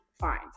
fine